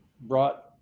brought